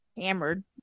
hammered